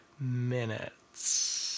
minutes